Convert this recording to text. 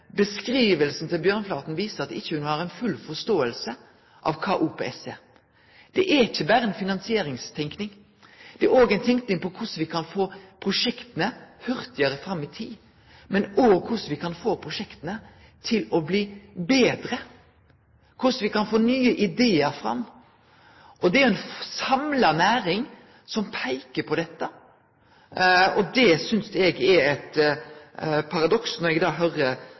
beskrivinga til Bjørnflaten viser at ho ikkje har full forståing av kva OPS er. Det er ikkje berre ei finansieringstenking. Det er òg ei tenking på korleis me kan få prosjekta hurtigare fram i tid, men òg korleis me kan få prosjekta til å bli betre, og korleis me kan få nye idear fram. Det er ei samla næring som peiker på dette, og det synest eg er eit paradoks når eg